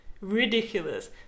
ridiculous